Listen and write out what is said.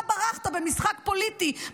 אתה ברחת במשחק פוליטי,